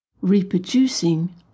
reproducing